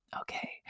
Okay